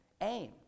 aim